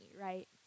right